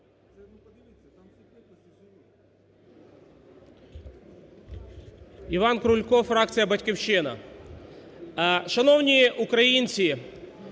Іван Крулько, фракція "Батьківщина". Шановні українці,